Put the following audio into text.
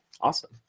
Awesome